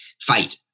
fight